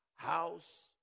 House